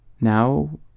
Now